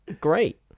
great